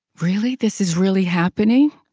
really? this is really happening?